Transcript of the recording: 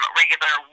regular